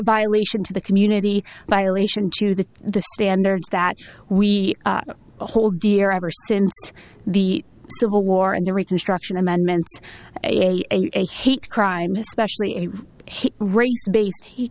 by lation to the community violation to the the standards that we hold dear ever since the civil war and the reconstruction amendments a hate crime